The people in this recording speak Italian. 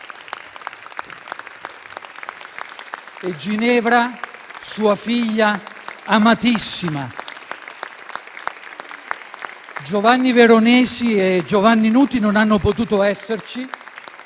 e Ginevra, sua figlia amatissima. Giovanni Veronesi e Giovanni Nuti non hanno potuto esserci,